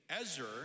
Ezra